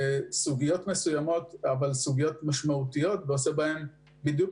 סוגיות משמעותיות מסוימות ועושה בהן את הבדיקה